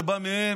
זה בא מהם,